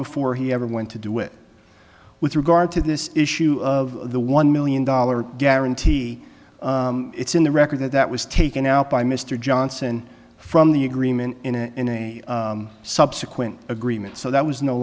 before he ever went to do it with regard to this issue of the one million dollars guarantee it's in the record that that was taken out by mr johnson from the agreement in a subsequent agreement so that